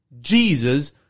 Jesus